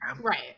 right